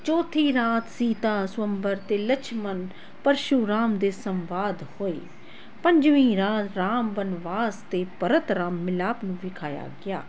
ਚੌਥੀ ਰਾਤ ਸੀਤਾ ਸਵੰਬਰ ਅਤੇ ਲਛਮਣ ਪਰਸ਼ੂਰਾਮ ਦੇ ਸੰਵਾਦ ਹੋਈ ਪੰਜਵੀਂ ਰਾਜ ਰਾਮ ਬਨਵਾਸ ਅਤੇ ਭਰਤ ਰਾਮ ਮਿਲਾਪ ਨੂੰ ਵਿਖਾਇਆ ਗਿਆ